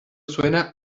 suena